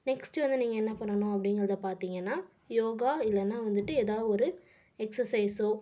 next வந்து நீங்கள் என்ன பண்ணணும் அப்படீங்கிறத பார்த்தீங்கன்னா யோகா இல்லைன்னா வந்துட்டு ஏதோ ஒரு எக்சர்சைஸோ